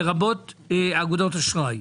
לרבות אגודות אשראי?